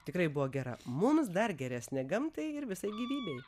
tikrai buvo gera mums dar geresnė gamtai ir visai gyvybei